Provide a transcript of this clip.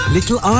Little